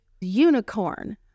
unicorn